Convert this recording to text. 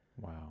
Wow